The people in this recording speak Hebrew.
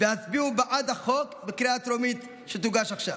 והצביעו בעד החוק בקריאה טרומית שתהיה עכשיו.